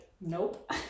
nope